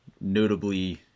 notably